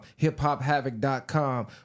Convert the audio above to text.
HipHopHavoc.com